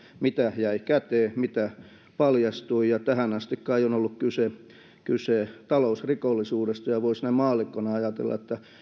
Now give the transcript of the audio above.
mitä jäi käteen mitä paljastui ja tähän asti kai on ollut kyse kyse talousrikollisuudesta voisi näin maallikkona ajatella että